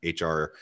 hr